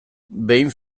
behin